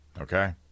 Okay